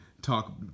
talk